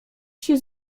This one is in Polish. się